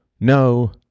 no